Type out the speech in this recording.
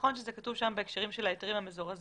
נכון שזה כתוב שם בהקשרים של ההיתרים המזורזים